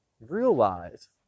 realize